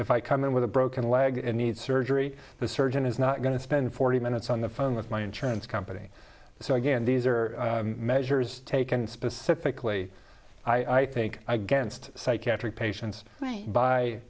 if i come in with a broken leg and need surgery the surgeon is not going to spend forty minutes on the phone with my insurance company so again these are measures taken specifically i think against psychiatric patients